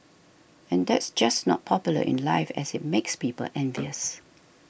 and that's just not popular in life as it makes people envious